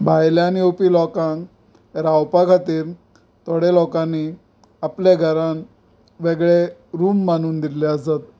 भायल्यान येवपी लोकांक रावपा खातीर थोड्या लोकांनी आपल्या घरांत वेगळे रूम बांदून दिल्ले आसात